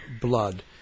blood